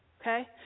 okay